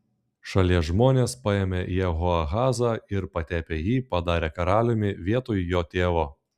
šalies žmonės paėmė jehoahazą ir patepę jį padarė karaliumi vietoj jo tėvo